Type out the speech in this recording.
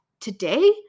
today